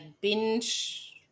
binge